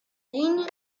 ligne